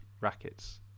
rackets